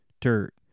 dirt